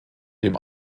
dem